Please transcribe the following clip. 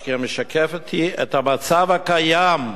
שכן היא משקפת את המצב הקיים כיום,